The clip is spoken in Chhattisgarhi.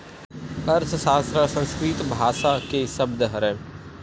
अर्थसास्त्र ह संस्कृत भासा के सब्द हरय